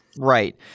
Right